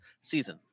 season